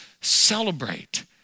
celebrate